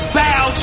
bow